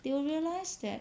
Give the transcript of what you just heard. they will realise that